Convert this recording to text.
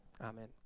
Amen